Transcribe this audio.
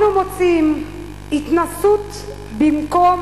אני מוצאים התנשאות במקום